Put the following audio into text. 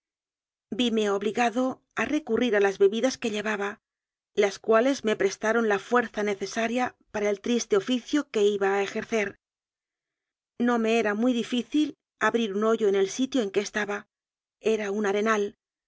vime obligado a recubrir a las bebidas que llevaba las cuales me prestaron la fuerza necesaria para el triste oficio que iba a ejercer no me era muy difícil abrir un hoyo en el sitio en que estaba era un arenal